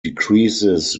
decreases